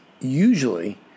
Usually